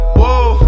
whoa